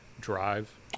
drive